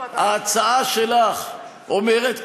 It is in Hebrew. ההצעה שלך אומרת,